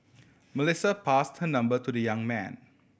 Melissa passed her number to the young man